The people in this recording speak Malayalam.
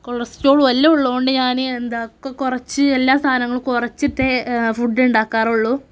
കൊളസ്ട്രോളുമെല്ലാം ഉള്ളതുകൊണ്ട് ഞാൻ എന്താ ഒക്കെ കുറച്ച് എല്ലാ സാധനങ്ങളും കുറച്ചിട്ടേ ഫുഡ്ഡ് ഉണ്ടാക്കാറുള്ളൂ